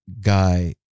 guy